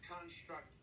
construct